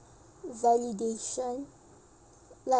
validation like